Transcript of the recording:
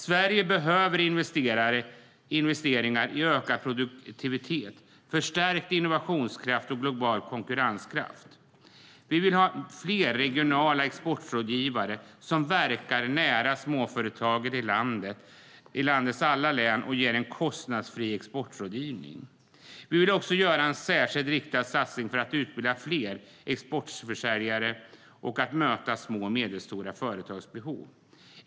Sverige behöver investeringar i ökad produktivitet, förstärkt innovationskraft och global konkurrenskraft. Vi vill ha fler regionala exportrådgivare som verkar nära småföretagen i landets alla län och ger en kostnadsfri exportrådgivning. Vi vill också göra en särskilt riktad satsning för att utbilda fler exportförsäljare och möta små och medelstora företags behov.